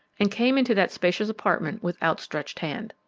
and came into that spacious apartment with outstretched hand.